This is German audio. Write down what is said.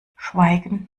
schweigend